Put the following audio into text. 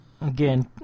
again